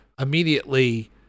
immediately